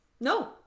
no